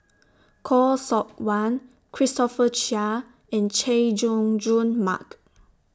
Khoo Seok Wan Christopher Chia and Chay Jung Jun Mark